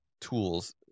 tools